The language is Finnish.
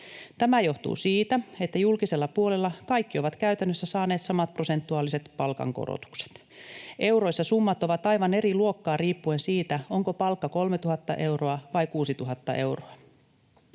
Tämä johtuu siitä, että julkisella puolella kaikki ovat käytännössä saaneet samat prosentuaaliset palkankorotukset. Euroissa summat ovat aivan eri luokkaa riippuen siitä, onko palkka 3 000 euroa vai 6 000 euroa.